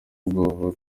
ubwoba